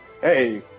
hey